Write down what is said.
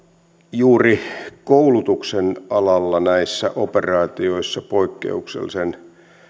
juuri koulutuksen alalla näissä operaatioissa poikkeuksellisen